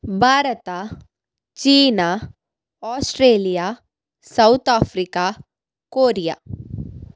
Bharat China Australia South Africa Korea